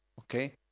Okay